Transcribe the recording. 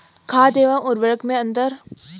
खाद एवं उर्वरक में अंतर?